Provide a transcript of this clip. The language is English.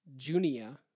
Junia